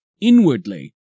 Inwardly